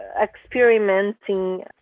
experimenting